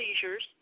seizures